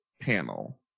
panel